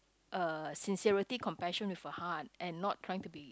uh sincerity compassion with a heart and not trying to be